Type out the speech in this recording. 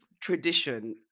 tradition